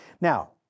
Now